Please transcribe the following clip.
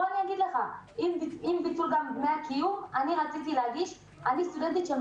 אני סטודנטית של מרום ועם ביטול דמי הקיום רציתי להגיש לפר"ח.